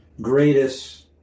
greatest